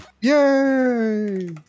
Yay